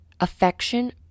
affection